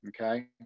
Okay